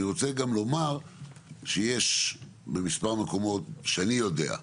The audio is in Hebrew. אני רוצה גם לומר שיש במספר מקומות שאני יודע,